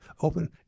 open